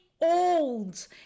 old